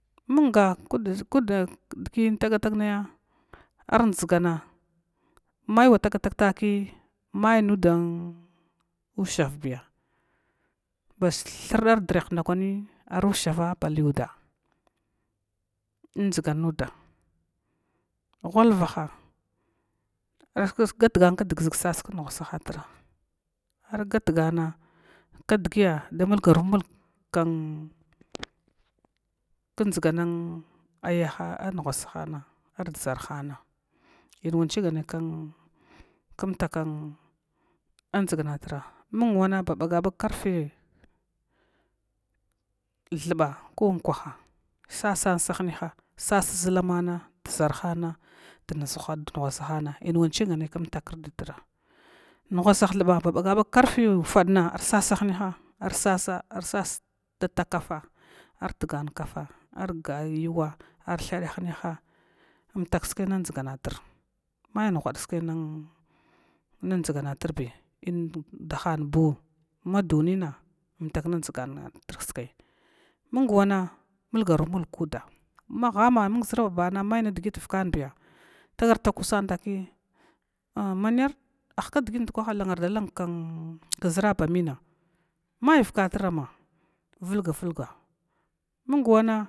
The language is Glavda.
Munga kudish dugi tagtagnaya ar dʒagna may wa tagatagta kiy may nuda ushavbiya, baʒa thur dar da rah ar usrava bile uos dʒgan nuda ghalvaha argatgar kdgʒg sas kn ungwasahatra, ar gatgana kdgi da mulga rumung kn dʒgan yahana ungwasan anda ʒarhana mwan ching nai kum tasa andʒgnatra mung wan ba bagabag karfe, thuba ko ukwaha sasan sa hinayaha sasa ʒulamana na dʒarhana dun ungwasa han in wan ching nay kum takran naiditra ungwasan thaba ba bagabag karfi ufadna ar sasa hiyaha arsasa arsasata kafa ar tgan kafa gayuwa thuda ninyaha umtak kska ndʒganatr, may ghadna kdʒganatri in dahabu madunina umtak ndʒgatrkska mung wan mulgaru mulg kuda ma ha, amma na mung ʒababn may digit ivaku n biy tagar tag kusan taki mana ahkdi ndukwa lannada langa kma na kʒrabamina ma vakatura amma vulgavuga.